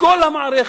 לכל המערכת,